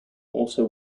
also